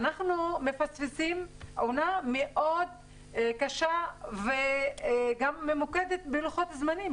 אנחנו מפספסים עונה מאוד קשה וממוקדת בלוחות זמנים.